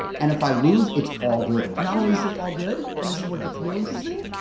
and if i lose it's all good. not only is it all good, and this is where it gets real interesting.